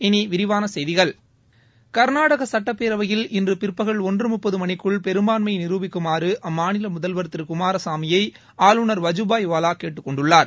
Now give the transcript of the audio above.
இனி விரிவான செய்திகள் கர்நாடக சட்டப்பேரவையில் இன்று பிற்பகல் ஒன்று முப்பது மணிக்குள் பெரும்பான்மையை நிருபிக்குமாறு அம்மாநில முதல்வர் திரு குமாரசாமியை ஆளுநர் வஜுபாய் வாலா கேட்டுக்கொண்டுள்ளார்